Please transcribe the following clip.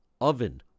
oven